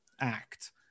act